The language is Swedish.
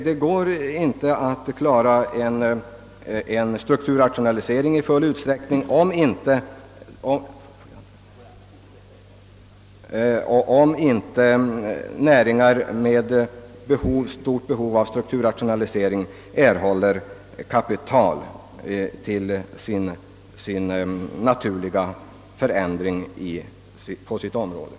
Det går inte att klara en strukturrationalisering j full utsträckning, om inte näringar med stort behov av sådan rationalisering erhåller kapital till en naturlig omställning på respektive områden.